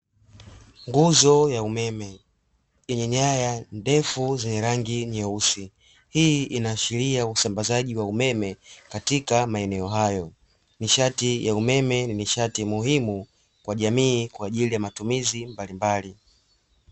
Nguzo ya umeme inyanya ndefu zenye rangi nyeusi hii inaashiria usambazaji wa umeme katika maeneo hayo nishati ya umeme nishati muhimu kwa jamii kwa ajili ya matumizi mbalimbali